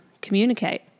communicate